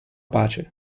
pace